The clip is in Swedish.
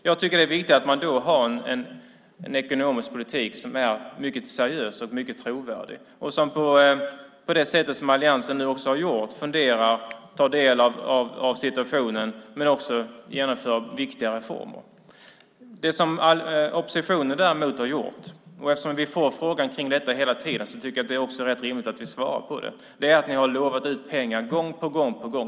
Jag tycker att det är viktigt att man då har en ekonomisk politik som är mycket seriös och mycket trovärdig och, på det sätt som alliansen nu också har gjort, tar del av situationen men också genomför viktiga reformer. Det som oppositionen däremot har gjort - eftersom vi får frågan om detta hela tiden är det rätt rimligt att vi svarar på den - är att utlova pengar gång på gång.